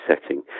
setting